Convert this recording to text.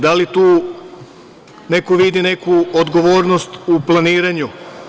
Da li tu neko vidi neku odgovornost u planiranju?